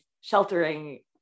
sheltering